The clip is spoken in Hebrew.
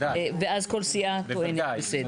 ואז כל סיעה טוענת?